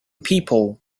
people